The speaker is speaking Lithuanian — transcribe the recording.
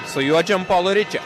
su juo čem polo riči